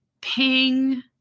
ping